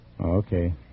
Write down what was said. Okay